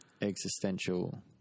Existential